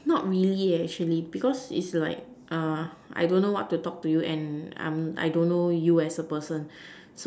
not really eh actually because is like uh I don't know what to talk to you and I'm I don't know you as a person